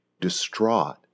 distraught